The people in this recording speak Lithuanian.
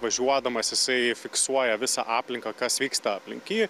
važiuodamas jisai fiksuoja visą aplinką kas vyksta aplink jį